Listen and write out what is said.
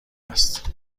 است